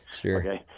Sure